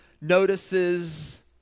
notices